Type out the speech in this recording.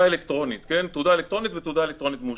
אלקטרונית" ו"תעודה אלקטרונית מאושרת".